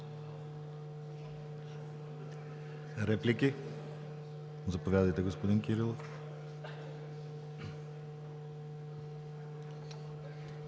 реплика? Заповядайте, господин Кирилов.